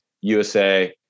USA –